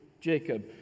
Jacob